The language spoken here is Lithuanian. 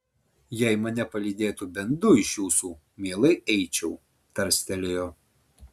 jei mane palydėtų bent du iš jūsų mielai eičiau tarstelėjo